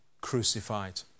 crucified